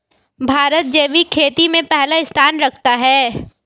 भारत जैविक खेती में पहला स्थान रखता है